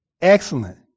excellent